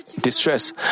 Distress